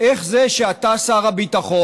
איך זה שאתה, שר הביטחון,